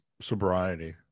sobriety